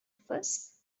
first